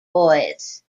boys